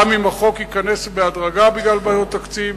גם אם החוק ייכנס בהדרגה בגלל בעיות תקציב,